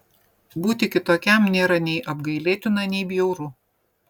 būti kitokiam nėra nei apgailėtina nei bjauru